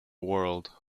world